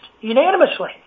unanimously